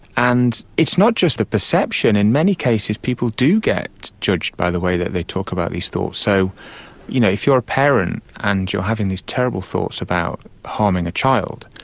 and it's not just the perception, in many cases people do get judged by the way that they talk about these thoughts. so you know if you are a parent and you are having these terrible thoughts about harming a child,